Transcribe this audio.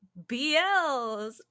BLs